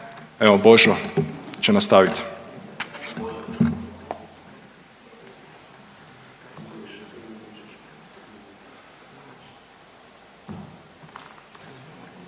evo Božo će nastaviti.